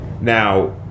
Now